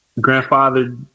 Grandfather